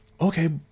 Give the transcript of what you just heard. okay